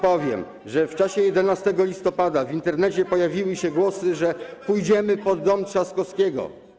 Powiem państwu, że w czasie 11 listopada w Internecie pojawiły się głosy, że pójdziemy pod dom Trzaskowskiego.